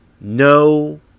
No